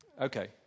okay